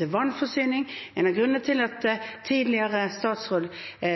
til strømnett, knyttet til vannforsyning. En av grunnene til at tidligere statsråd